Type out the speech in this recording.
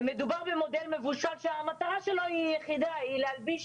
מדובר במודל מבושל שהמטרה שלו היא יחידה: להלביש